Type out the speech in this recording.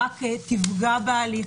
רק תפגע בהליך,